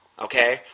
Okay